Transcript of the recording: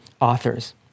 authors